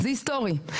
זה היסטורי.